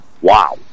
wow